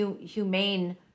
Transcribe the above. humane